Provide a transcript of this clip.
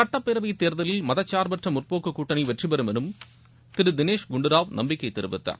சட்டப்பேரவைத் தேர்தலில் மதார்பற்ற முற்போக்கு கூட்டனி வெற்றி பெறும் என்றும் திரு தினேஷ் குண்டுராவ் நம்பிக்கை தெரிவித்தார்